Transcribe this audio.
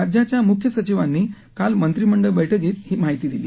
राज्याच्या मुख्य सचिवांनी काल मंत्रिमंडळ बैठकीत ही माहिती दिली